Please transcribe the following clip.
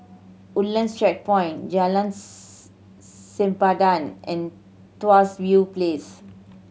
Woodlands Checkpoint Jalan's Sempadan and Tuas View Place